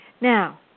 Now